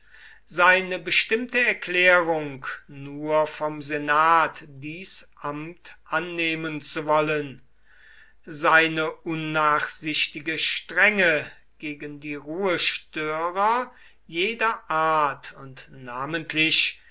seine bestimmte erklärung nur vom senat dies amt annehmen zu wollen seine unnachsichtige strenge gegen die ruhestörer jeder art und namentlich